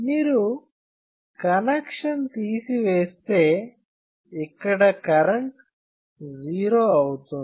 మీరు కనెక్షన్ తీసివేస్తే ఇక్కడ కరెంట్ 0 అవుతుంది